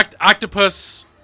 Octopus